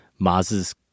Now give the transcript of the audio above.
maz's